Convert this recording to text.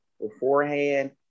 beforehand